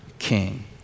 king